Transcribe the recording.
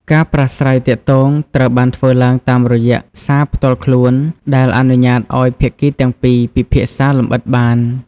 ការប្រាស្រ័យទាក់ទងត្រូវបានធ្វើឡើងតាមរយៈសារផ្ទាល់ខ្លួន ដែលអនុញ្ញាតឱ្យភាគីទាំងពីរពិភាក្សាលម្អិតបាន។